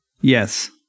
Yes